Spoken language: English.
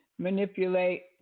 manipulate